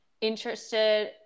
interested